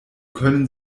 können